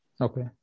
Okay